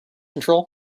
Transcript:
control